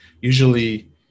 usually